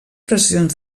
pressions